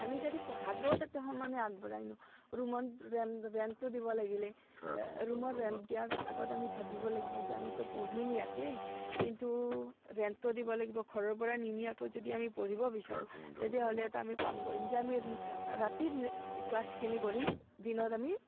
আমি যদি পঢ়াটোও তেতিয়া সমানে আগবঢ়াই নিওঁ ৰুমত ৰেন ৰেণ্টটো দিব লাগিলে ৰুমৰ ৰেণ্ট দিয়াৰ আগত আমি ভাবিব লাগিব যে আমিতো পঢ়িম ইয়াতে কিন্তু ৰেণ্টটোও দিব লাগিব ঘৰৰ পৰা নিনিয়াকৈ যদি আমি পঢ়িব বিচাৰোঁ তেতিয়াহ'লেতো আমি কাম কৰিম যে ৰাতিৰ ক্লাছখিনি কৰিম দিনত আমি